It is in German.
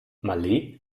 malé